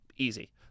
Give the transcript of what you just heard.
easy